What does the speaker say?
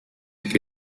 che